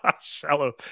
Shallow